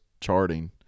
charting